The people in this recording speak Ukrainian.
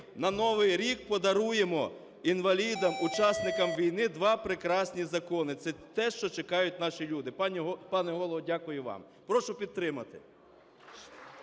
на Новий рік подаруємо інвалідам, учасникам війни два прекрасні закони, це те, що чекають наші люди. Пане Голово, дякую вам. Прошу підтримати.